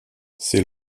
ces